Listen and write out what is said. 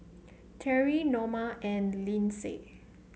Terry Noma and Lindsey